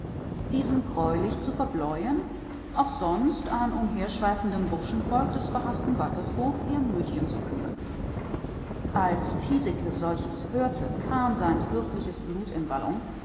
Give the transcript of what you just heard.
diesen greulich zu verbleuen auch sonst an umherschweifendem burschenvolk des verhaßten waltersburg ihr mütchen zu kühlen als piesecke solches hörte kam sein fürstliches blut in wallung